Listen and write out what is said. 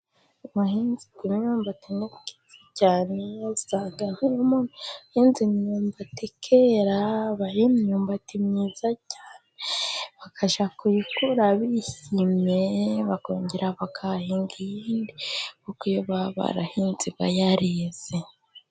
Ubuhinzi bw'imyumbati ni bwiza cyane ,usanga nk'iyo umuntu yahinze imyumbati ikera iba ari imyumbati myiza cyane bakajya kuyikura bishimye , bakongera bakahahinga iyindi kuko iyo baba barahahinze iba yareze .